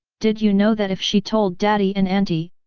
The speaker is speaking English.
did you know that if she told daddy and auntie,